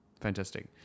fantastic